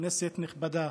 כנסת נכבדה,